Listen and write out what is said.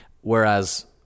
whereas